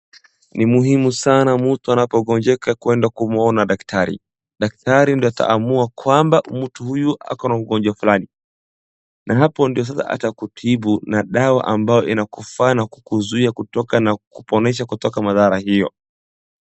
Ni muhimu sana mtu anapogonjeka kwenda kumwona daktari. Daktari ndio ataamua kwamba mtu huyu ako na ugonjwa fulani na hapo ndio sasa atakutibu na dawa ambayo inakufaa na inakuzuia kutoka na kukuponesha kutoka madhara hiyo.